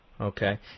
Okay